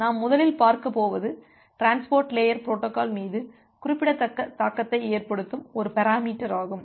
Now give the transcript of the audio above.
நாம் முதலில் பார்க்க போவது டிரான்ஸ்போர்ட் லேயர் பொரோட்டோகால் மீது குறிப்பிடத்தக்க தாக்கத்தை ஏற்படுத்தும் ஒரு பெராமீட்டர் ஆகும்